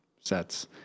sets